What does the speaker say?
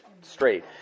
straight